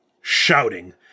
Shouting